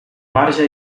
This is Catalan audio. marge